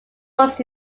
most